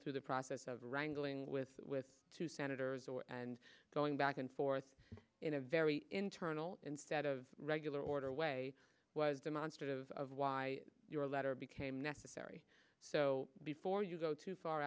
through the process of wrangling with with two senators or and going back and forth in a very internal instead of regular order way was demonstrative of why your letter became necessary so before you go too far